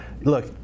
Look